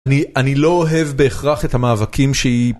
אני לא אוהב בהכרח את המאבקים שהיא...